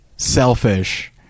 selfish